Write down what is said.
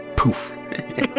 Poof